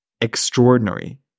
extraordinary